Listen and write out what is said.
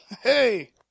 hey